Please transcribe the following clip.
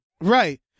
Right